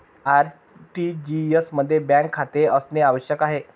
RTGS मध्ये bank खाते असणे आवश्यक आहे